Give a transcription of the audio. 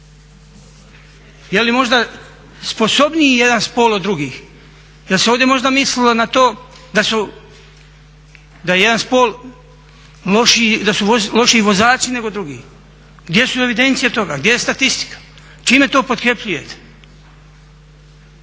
Je li možda sposobniji jedan spol od drugih? Jel' se ovdje možda mislilo na to da je jedan spol lošiji, da su lošiji vozači nego drugi. Gdje su evidencije toga? Gdje je statistika? Čime to potkrepljujete?